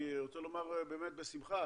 אני רוצה לומר באמת בשמחה,